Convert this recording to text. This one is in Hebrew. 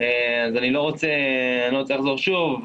אז אני לא רוצה לחזור שוב,